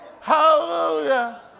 Hallelujah